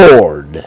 Lord